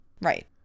Right